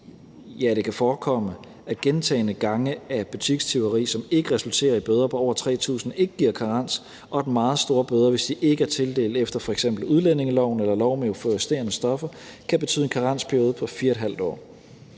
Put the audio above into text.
Ja, det kan forekomme, at gentagne tilfælde af butikstyveri, som ikke resulterer i bøder på over 3.000 kr., ikke giver karens, og at meget store bøder, hvis de ikke er tildelt efter f.eks. udlændingeloven eller lov om euforiserende stoffer, kan betyde en karensperiode på 4½ år.